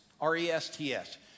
R-E-S-T-S